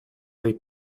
they